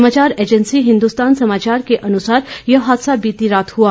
समाचार एजेंसी हिंदुस्तान समाचार के अनुसार यह हादसा बीती रात हुआ